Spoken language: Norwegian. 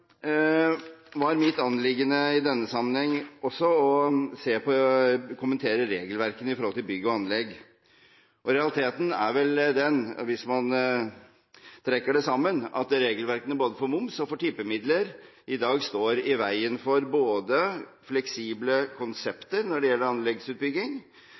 var mitt anliggende i denne sammenheng også å kommentere regelverkene med hensyn til bygg og anlegg. Realiteten er vel den – hvis man trekker det sammen – at regelverkene både for moms og for tippemidler i dag står i veien både for fleksible konsepter når det gjelder anleggsutbygging